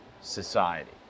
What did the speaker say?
society